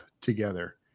together